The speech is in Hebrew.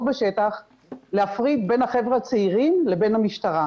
בשטח להפריד בין החבר'ה הצעירים לבין המשטרה.